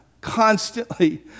constantly